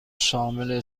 شامل